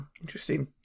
Interesting